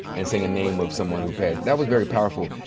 and saying a name of someone who passed. that was very powerful.